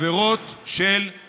תודה רבה.